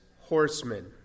horsemen